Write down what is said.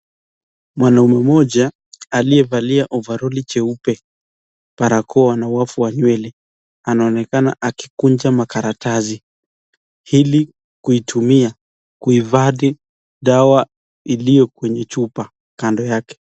Mwanaume mmoja aliyevalia ovaroli jeupe, barakoa na wavu wa nywele anaonekana akikunja makaratasi ili kuitumia kuhifadhi dawa iliyo kwenye chupa kando yake.